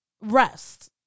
rest